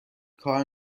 کار